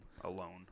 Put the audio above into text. alone